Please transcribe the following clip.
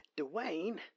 Dwayne